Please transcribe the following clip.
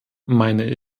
meine